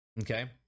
Okay